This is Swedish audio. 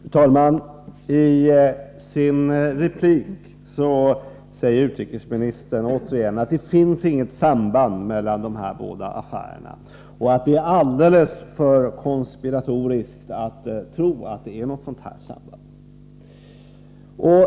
Fru talman! Utrikesministern sade i sin replik återigen att det inte finns något samband mellan de båda affärerna och att det är alldeles för konspiratoriskt att tro på ett samband.